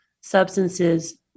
substances